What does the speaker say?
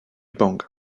bang